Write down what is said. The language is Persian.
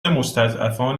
مستضعفان